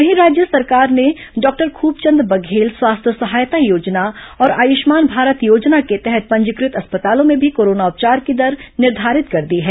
वहीं राज्य सरकार ने डॉक्टर खूबचंद बघेल स्वास्थ्य सहायता योजना और आयुष्मान भारत योजना के तहत पंजीकृत अस्पतालों में भी कोरोना उपचार की दर निर्धारित कर दी है